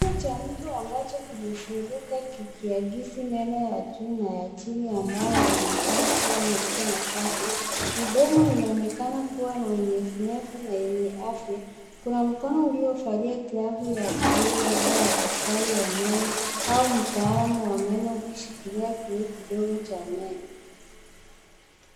Kinywa cha mtu ambacho kimefunguka kikiakisi meno ya juu na ya chini ambayo yanaonekana kuwa meupe na safi. Midomo inaonekana kuwa na unyevunyevu na yenye afya. Kuna mkono uliovalia glavu ya bluu labda ya daktari wa meno, au mtaalamu wa meno ukishikillia kioo kidogo cha meno.